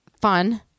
fun